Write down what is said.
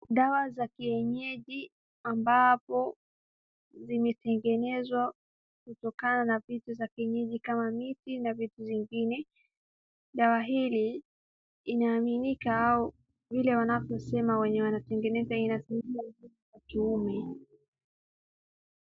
Dawa za kienyeji ambapo zimetengenezwa ezwa kutokana na vitu za kienyeji kama miti na vitu zingine. Dawa hili inaaminika au vile wanavyoseme wenye wanatengeneza inatumika kiume .